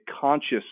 conscious